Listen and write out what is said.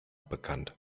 bekannt